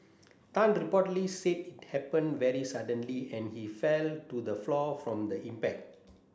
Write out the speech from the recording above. Tan reportedly said it happened very suddenly and he fell to the floor from the impact